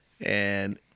and-